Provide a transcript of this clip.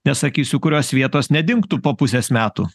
nesakysiu kurios vietos nedingtų po pusės metų